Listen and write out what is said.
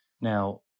Now